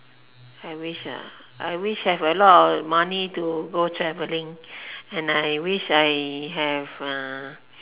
I wish I wish I have a lot of money to go travelling and I wish I have uh